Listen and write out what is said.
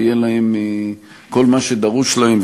ויהיה להם כל מה שדרוש להם,